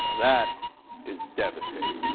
that is devastated